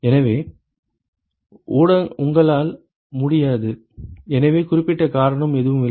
எனவே உங்களால் முடியாது எனவே குறிப்பிட்ட காரணம் எதுவும் இல்லை